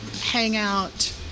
hangout